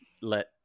let